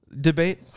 debate